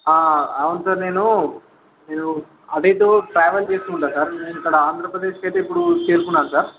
ఆ అవును సార్ నేను నేను అడితో ట్రావెల్ చేస్తుంటాను సార్ ఇక్కడ ఆంధ్రప్రదేశ్కి అయితే ఇప్పుడు చేరుకున్నాను సార్